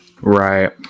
right